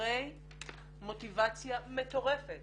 חדורי מוטיבציה מטורפת